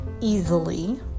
easily